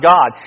God